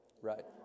Right